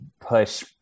push